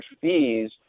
fees